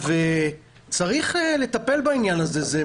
צריך לטפל בעניין הזה?